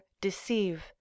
deceive